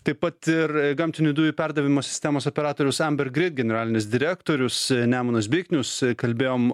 taip pat ir gamtinių dujų perdavimo sistemos operatoriaus amber grid generalinis direktorius nemunas biknius kalbėjom